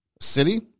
city